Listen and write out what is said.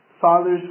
Fathers